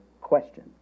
question